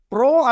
Pro